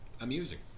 amusing